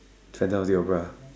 Phantom-of-the-opera